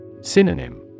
Synonym